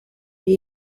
iri